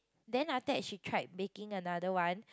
then after that she tried baking another one